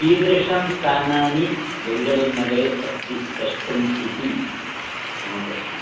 कीदृशं स्थानानि बेङ्गलूर्नगरे अस्ति द्रष्टुम् इति मम प्रश्नः